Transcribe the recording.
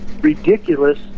ridiculous